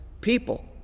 people